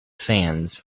sands